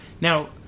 Now